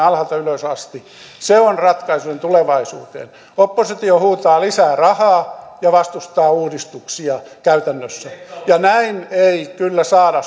alhaalta ylös asti se on ratkaisunne tulevaisuuteen oppositio huutaa lisää rahaa ja vastustaa uudistuksia käytännössä näin ei kyllä saada